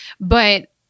But-